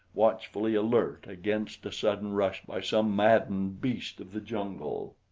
watchfully alert against a sudden rush by some maddened beast of the jungle.